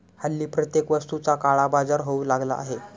हल्ली प्रत्येक वस्तूचा काळाबाजार होऊ लागला आहे